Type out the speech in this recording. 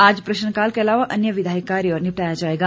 आज प्रश्नकाल के अलावा अन्य विधायी कार्य निपटाया जाएगा